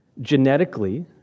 genetically